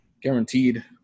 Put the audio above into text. Guaranteed